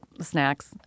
snacks